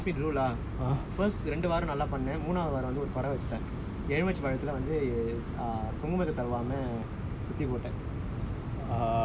!alamak! temple chairman so she ask me to do lah her first ரெண்டு வாரம் நல்லா பண்ணுனா மூணாவது வாரம் குறை வச்சுட்டேன் எலுமிச்சபழத்துலே வந்து குங்குமத்தே தடவாமே:rendu vaaram nallaa pannunaa moonaavathu vaaram kurai vachutaen elumichapazhathulae vanthu kunkumathae tadavaamae